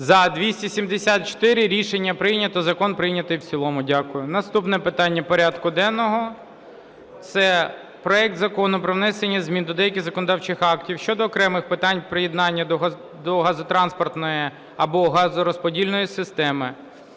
За-274 Рішення прийнято. Закон прийнятий в цілому. Дякую. Наступне питання порядку денного – це проект Закону про внесення змін до деяких законодавчих актів щодо окремих питань приєднання до газотранспортної або газорозподільної системи.